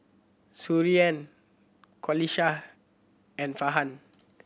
Suriani Qalisha and Farhan